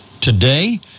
today